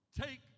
Take